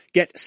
Get